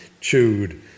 chewed